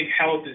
health